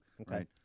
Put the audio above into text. okay